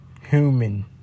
human